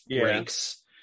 ranks